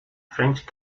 french